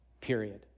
period